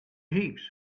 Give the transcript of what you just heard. heaps